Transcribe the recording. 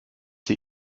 sie